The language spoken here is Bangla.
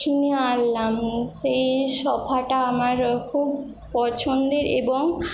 কিনে আনলাম সেই সোফাটা আমার খুব পছন্দের এবং